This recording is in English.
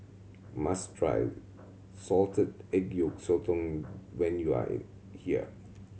must try salted egg yolk sotong when you are here